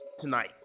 tonight